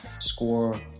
score